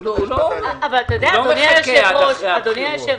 הוא לא מחכה עד אחרי הבחירות.